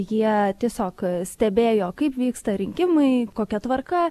jie tiesiog stebėjo kaip vyksta rinkimai kokia tvarka